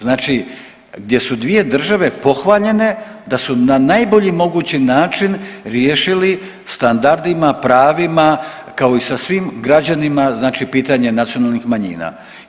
Znači gdje su dvije države pohvaljene da su na najbolji mogući način riješili standardima, pravima kao i sa svim građanima znači pitanje nacionalnih manjina.